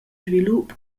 svilup